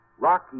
Rocky